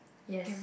yes